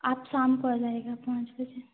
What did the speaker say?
आज शाम को आ जाइएगा पाँच बजे